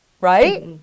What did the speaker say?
right